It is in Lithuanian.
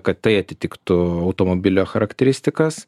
kad tai atitiktų automobilio charakteristikas